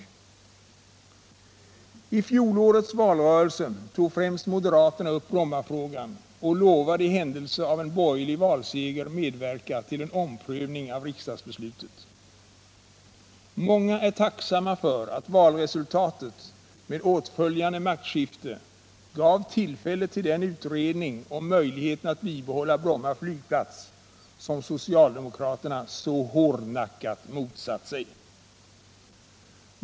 I fjolårets valrörelse tog främst moderaterna upp Brommafrågan och lovade i händelse av en borgerlig valseger medverka till en omprövning av riksdagsbeslutet. Många är tacksamma för att valresultatet med åtföljande maktskifte gav tillfälle till den utredning om möjligheten att bibehålla Bromma flygplats som socialdemokraterna så hårdnackat motsatt sig.